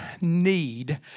need